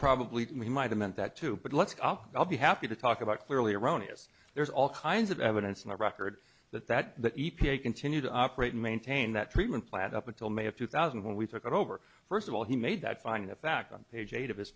probably we might have meant that too but let's up i'll be happy to talk about clearly erroneous there's all kinds of evidence in the record that that the e p a continue to operate and maintain that treatment plant up until may of two thousand when we took over first of all he made that finding of fact on page eight of his